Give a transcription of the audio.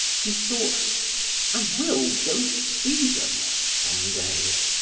he thought i will go to see them some day.